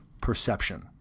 perception